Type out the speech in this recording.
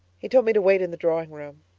he told me to wait in the drawing-room.